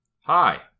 Hi